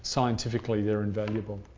scientifically they're invaluable.